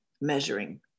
measuring